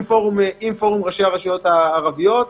עם פורום ראשי הרשויות הערביות.